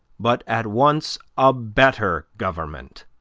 but at once a better government.